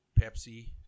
Pepsi